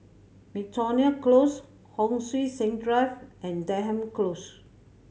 Miltonia Close Hon Sui Sen Drive and Denham Close